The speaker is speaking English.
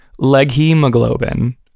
leghemoglobin